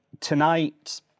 Tonight